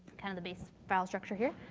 kind of the base file structure here.